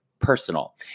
personal